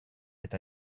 eta